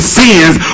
sins